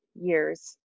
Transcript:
years